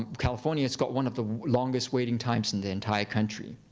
um california has got one of the longest waiting times in the entire country.